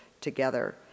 together